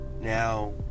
now